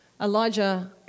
Elijah